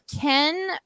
Ken